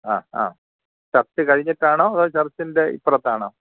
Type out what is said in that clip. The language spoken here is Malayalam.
ആ ആ ചര്ച്ച് കഴിഞ്ഞിട്ടാണോ അതോ ചര്ച്ചിന്റെ ഇപ്പുറത്താണോ